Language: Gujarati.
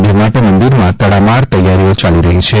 જે માટે મંદિરમાં તડમાર તૈયારીઓ ચાલી રહી છે